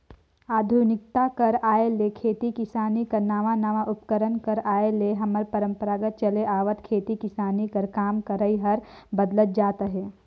आधुनिकता कर आए ले खेती किसानी कर नावा नावा उपकरन कर आए ले हमर परपरागत चले आवत खेती किसानी कर काम करई हर बदलत जात अहे